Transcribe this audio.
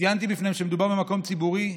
וציינתי בפניהם שמדובר במקום ציבורי.